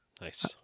Nice